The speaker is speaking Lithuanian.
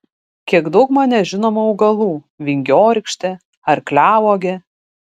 kiek daug man nežinomų augalų vingiorykštė arkliauogė